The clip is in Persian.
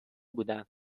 بودن